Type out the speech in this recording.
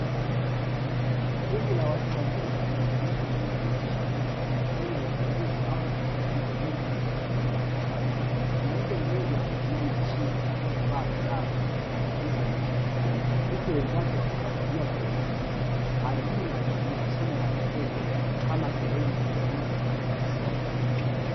Kundi la watu wazima limekusanyika karibu na mashine, wakifanya uchunguzi au kujifunza jinsi inavyofanya kazi. Mwanamke mmoja ameinama chini na amevaa glavu, akigusa mashine hiyo, huku wenzake wakifuatilia kwa umakini. Hali hii inaashiria somo la vitendo kama sehemu ya elimu ya watu wazima.